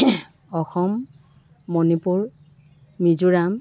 Assam Manipur Mizoram